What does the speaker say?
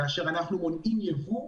כאשר אנחנו מונעים יבוא,